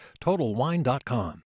TotalWine.com